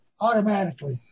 automatically